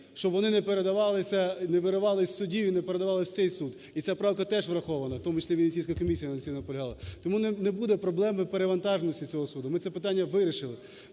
не виривали із судів і не передавалися в цей суд. І ця правка теж врахована, в тому числі Венеційська комісія на цьому наполягала. Тому не буде проблем в перевантаженості цього суду. Ми це питання вирішили.